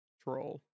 troll